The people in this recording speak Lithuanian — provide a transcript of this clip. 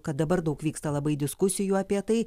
kad dabar daug vyksta labai diskusijų apie tai